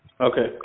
Okay